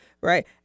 right